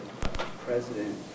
president